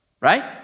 right